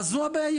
אז זו הבעיה,